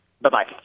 Bye-bye